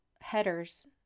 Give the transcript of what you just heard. headers